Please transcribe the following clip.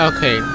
Okay